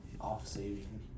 off-saving